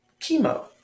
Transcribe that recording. chemo